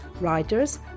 writers